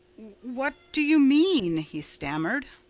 what do you mean? he stammered.